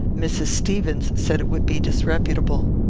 mrs. stevens says it would be disreputable.